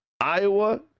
Iowa